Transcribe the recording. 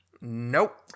nope